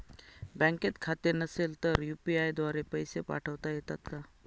बँकेत खाते नसेल तर यू.पी.आय द्वारे पैसे पाठवता येतात का?